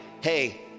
hey